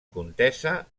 contesa